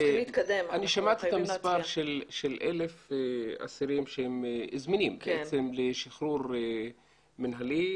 אני שמעתי את המספר של 1,000 אסירים שהם זמינים בעצם לשחרור מנהלי,